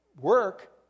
work